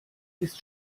ist